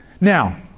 Now